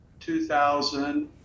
2000